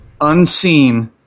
unseen